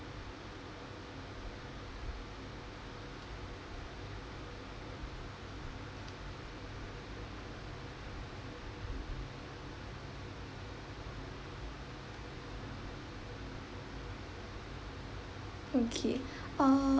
okay uh